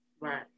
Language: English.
Right